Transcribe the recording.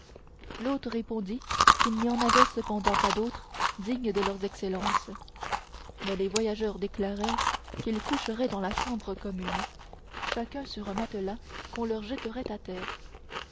l'hôte répondit qu'il n'y en avait cependant pas d'autres dignes de leurs excellences mais les voyageurs déclarèrent qu'ils coucheraient dans la chambre commune chacun sur un matelas qu'on leur jetterait à terre